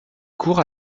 courent